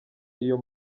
iyo